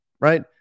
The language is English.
right